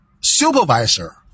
supervisor